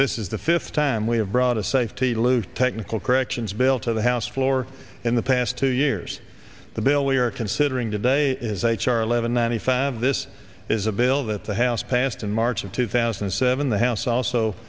this is the fifth time we have brought a safety lou technical corrections bill to the house floor in the past two years the bill we are considering today is h r eleven ninety five this is a bill that the house passed in march of two thousand and seven the house also